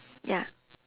ya